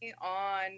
on